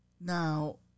now